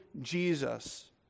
Jesus